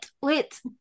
wait